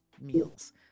meals